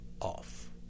off